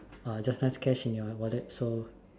uh just nice cash in your wallet so